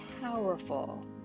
powerful